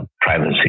privacy